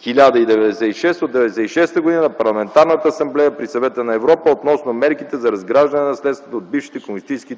1096 от 1996 г. на Парламентарната асамблея на Съвета на Европа относно мерките за разграждането на наследството от бившите комунистически